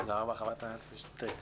תודה רבה, חברת הכנסת שטרית.